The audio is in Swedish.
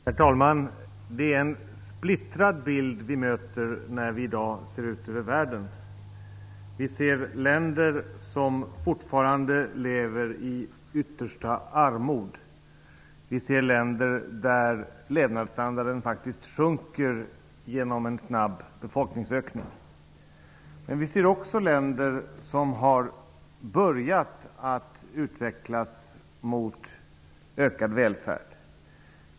Herr talman! Det är en splittrad bild som vi möter när vi i dag ser ut över världen. Vi ser länder där befolkningen fortfarande lever i yttersta armod. Vi ser att levnadsstandarden faktiskt sjunker genom en snabb befolkningsökning. Men vi ser också länder som har börjat att utvecklas mot ökad välfärd.